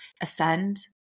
ascend